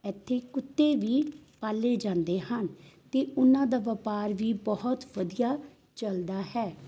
ਇੱਥੇ ਕੁੱਤੇ ਵੀ ਪਾਲੇ ਜਾਂਦੇ ਹਨ ਅਤੇ ਉਨ੍ਹਾਂ ਦਾ ਵਪਾਰ ਵੀ ਬਹੁਤ ਵਧੀਆ ਚੱਲਦਾ ਹੈ